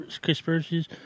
conspiracies